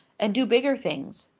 and do bigger things.